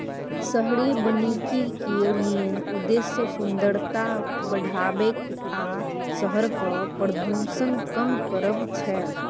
शहरी बनिकी केर मेन उद्देश्य सुंदरता बढ़ाएब आ शहरक प्रदुषण कम करब छै